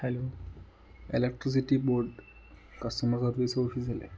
hello electricity board customer service office അല്ലേ